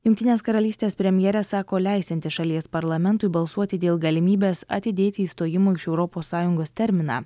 jungtinės karalystės premjerė sako leisianti šalies parlamentui balsuoti dėl galimybės atidėti išstojimo iš europos sąjungos terminą